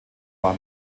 war